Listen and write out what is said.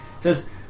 says